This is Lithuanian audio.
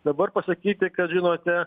dabar pasakyti kad žinote